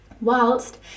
Whilst